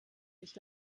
sich